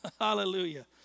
Hallelujah